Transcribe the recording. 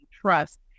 trust